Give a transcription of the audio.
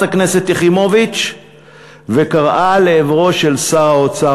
הכנסת יחימוביץ וקראה לעברו של שר האוצר,